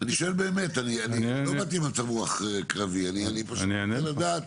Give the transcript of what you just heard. אני פשוט רוצה לדעת